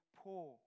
poor